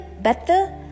better